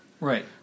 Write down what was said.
Right